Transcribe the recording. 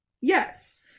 yes